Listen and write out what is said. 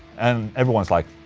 and everyone's like